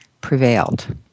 prevailed